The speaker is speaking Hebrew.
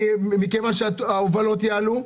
הכל יעלה.